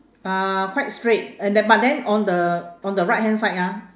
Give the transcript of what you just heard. uh quite straight and the but then on the on the right hand side ah